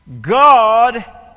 God